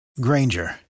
Granger